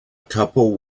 couple